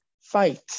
fight